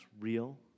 real